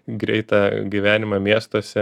greitą gyvenimą miestuose